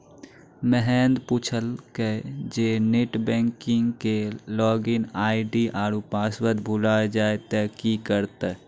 महेन्द्र पुछलकै जे net banking के लागिन आई.डी आरु पासवर्ड भुलाय जाय त कि करतै?